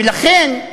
ולכן,